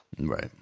right